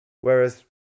whereas